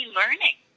learning